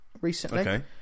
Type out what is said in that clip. recently